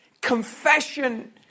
confession